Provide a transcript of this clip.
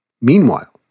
Meanwhile